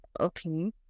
Okay